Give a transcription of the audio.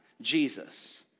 Jesus